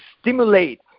stimulate